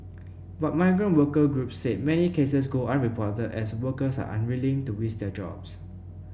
but migrant worker groups said many cases go unreported as workers are unwilling to risk their jobs